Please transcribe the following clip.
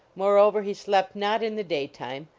moreover he slept not in the day time,